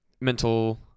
mental